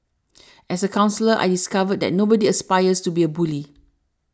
as a counsellor I discovered that nobody aspires to be a bully